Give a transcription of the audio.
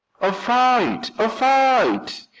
a fight! a fight!